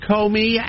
Comey